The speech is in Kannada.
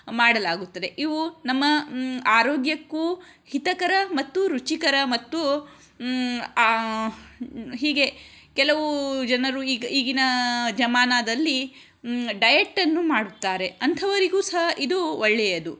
ಮಾಡಲಾಗುತ್ತದೆ ಇವು ನಮ್ಮ ಆರೋಗ್ಯಕ್ಕೂ ಹಿತಕರ ಮತ್ತು ರುಚಿಕರ ಮತ್ತು ಹೀಗೆ ಕೆಲವು ಜನರು ಈಗ ಈಗಿನ ಜಮಾನದಲ್ಲಿ ಡಯೆಟ್ಟನ್ನು ಮಾಡುತ್ತಾರೆ ಅಂಥವರಿಗೂ ಸಹ ಇದು ಒಳ್ಳೆಯದು